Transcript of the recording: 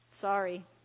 Sorry